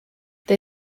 they